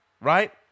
Right